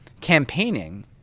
campaigning